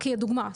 כדוגמה,